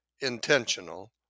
intentional